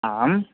आम्